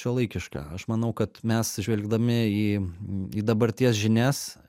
šiuolaikiška aš manau kad mes žvelgdami į į dabarties žinias